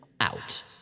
out